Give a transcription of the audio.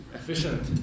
efficient